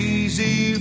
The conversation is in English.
easy